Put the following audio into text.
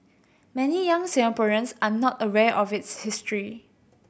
many young Singaporeans are not aware of its history